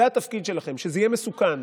זה התפקיד שלכם, שזה יהיה מסוכן.